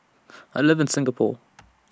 I live in Singapore